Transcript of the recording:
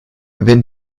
wenn